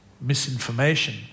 misinformation